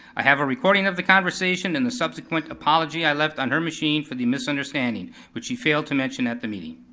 i have a recording of the conversation and the subsequent apology i left on her machine for the misunderstanding, which she failed to mention at the meeting.